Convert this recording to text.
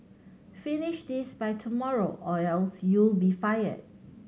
finish this by tomorrow or else you'll be fired